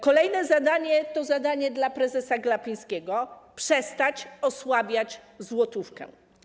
Kolejne zadanie to zadanie dla prezesa Glapińskiego - przestać osłabiać złotówkę.